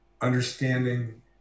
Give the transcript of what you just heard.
understanding